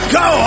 go